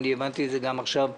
אני הבנתי את זה גם עכשיו משירה,